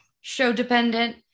show-dependent